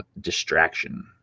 Distraction